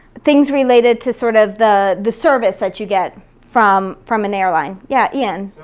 things related to sort of the the service that you get from from an airline. yeah, ian.